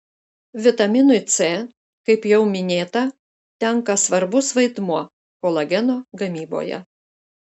vitaminui c kaip jau minėta tenka svarbus vaidmuo kolageno gamyboje